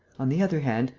on the other hand,